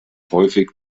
häufig